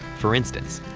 for instance,